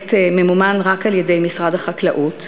הפרויקט ממומן רק על-ידי משרד החקלאות,